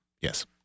Yes